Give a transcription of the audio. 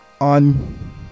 on